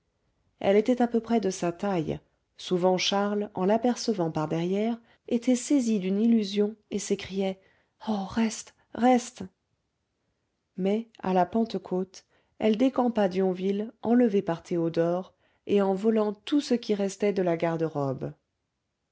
elle était à peu près de sa taille souvent charles en l'apercevant par derrière était saisi d'une illusion et s'écriait oh reste reste mais à la pentecôte elle décampa d'yonville enlevée par théodore et en volant tout ce qui restait de la garde-robe